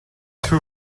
two